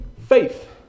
faith